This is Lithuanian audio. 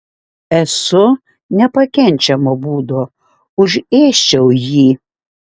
esu nepakenčiamo būdo užėsčiau jį